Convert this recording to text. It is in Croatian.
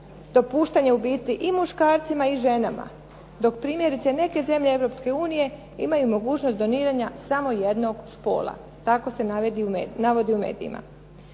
dopuštanje u biti i muškarcima i ženama. Dok primjerice neke zemlje Europske unije imaju mogućnost doniranja samo jednog spola, tako se navodi u medijima.